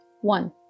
One